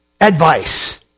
advice